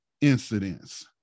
incidents